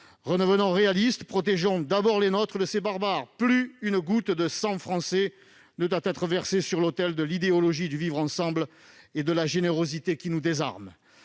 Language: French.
Redevenons réalistes et protégeons d'abord les nôtres de ces barbares ! Plus une goutte de sang français ne doit être versée sur l'autel de l'idéologie du vivre ensemble et de la générosité qui nous désarme.